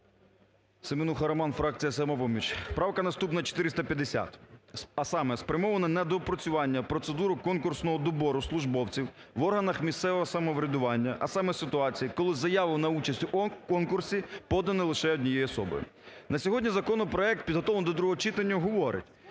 Семенуха Роман, фракція "Самопоміч". Правка наступна, 450. А саме спрямована на доопрацювання процедуру конкурсного добору службовців в органах місцевого самоврядування, а саме ситуації, коли заяву на участь у конкурсі подано лише однією особою. На сьогодні законопроект, підготовлений до другого читання, говорить,